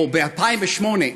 או ב-2008,